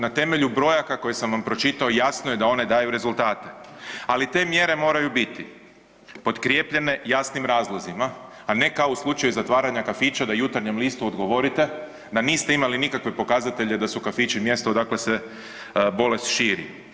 Na temelju brojaka koje sam vam pročitao jasno je da one daju rezultate, ali te mjere moraju biti potkrijepljene jasnim razlozima, a ne kao u slučaju zatvaranja kafića da Jutarnjem listu odgovorite da niste imali nikakve pokazatelje da su kafići mjesto odakle se bolest širi.